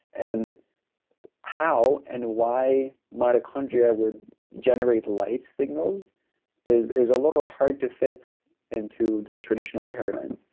and how and why mitochondria would generate light signals is is a little hard to fit into the traditional paradigm.